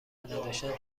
نداشتن